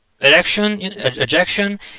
ejection